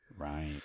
Right